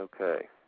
okay